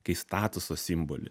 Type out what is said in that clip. kai statuso simbolį